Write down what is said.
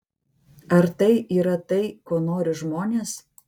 ar tai yra tai ko nori žmonės